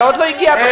זה עוד לא הגיע בכלל.